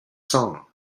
song